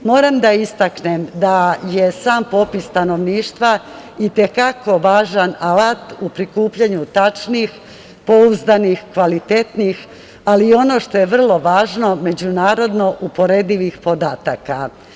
Moram da istaknem da je sam popis stanovništva, i te kako važan alat u prikupljanju tačnih, pouzdanih i kvalitetnih, ali i ono što je vrlo važno, međunarodno uporedivih podataka.